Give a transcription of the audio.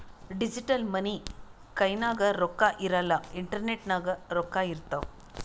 digital money ಕೈನಾಗ್ ರೊಕ್ಕಾ ಇರಲ್ಲ ಇಂಟರ್ನೆಟ್ ನಾಗೆ ರೊಕ್ಕಾ ಇರ್ತಾವ್